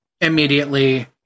immediately